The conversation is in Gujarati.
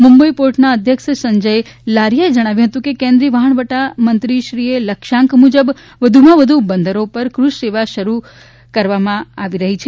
મુંબઈ પોર્ટના અધ્યક્ષ સંજય લારિયાએ જણાવ્યું હતું કે કેન્દ્રીય વહાણવટા મંત્રી શ્રી એ લક્ષ્યાંક મુજબ વધુમાં વધુ બંદરો ઉપર ક્રઝ સેવા શરૂ કરવામાં આવી રહી છે